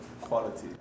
quality